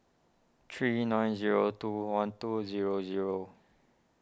three nine zero two one two zero zero